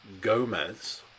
Gomez